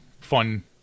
fun